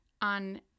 on